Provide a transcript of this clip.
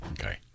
Okay